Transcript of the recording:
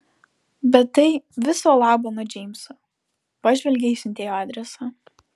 bet tai viso labo nuo džeimso pažvelgė į siuntėjo adresą